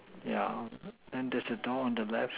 yeah and there's a door on the left